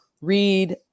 read